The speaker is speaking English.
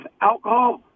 Alcohol